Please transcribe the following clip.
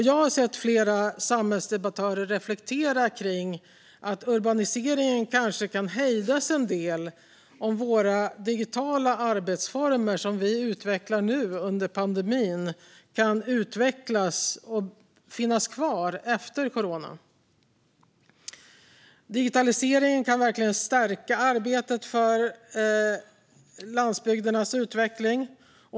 Jag har sett flera samhällsdebattörer reflektera över att urbaniseringen kanske kan hejdas om våra digitala arbetsformer som vi utvecklar nu under pandemin kan finnas kvar efter corona. Digitalisering kan verkligen stärka arbetet för landsbygdernas utveckling.